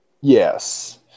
Yes